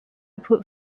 put